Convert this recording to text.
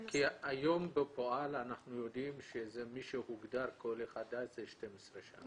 כי היום בפועל אנחנו יודעים שמי שהוגדר כעולה חדש זה 12 שנה.